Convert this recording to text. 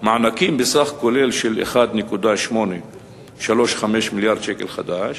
מענקים בסך כולל של 1.835 מיליארד שקל חדש,